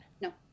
No